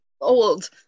old